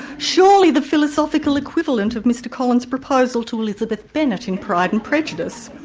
surely the philosophical equivalent of mr collin's proposal to elizabeth bennet in pride and prejudice.